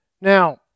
Now